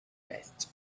vest